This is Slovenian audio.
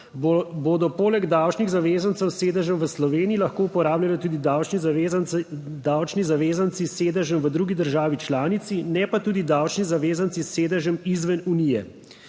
bodo poleg davčnih zavezancev s sedežem v Sloveniji lahko uporabljali tudi davčni zavezanci, davčni zavezanci s sedežem v drugi državi članici, ne pa tudi davčni zavezanci s sedežem izven Unije.